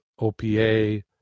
OPA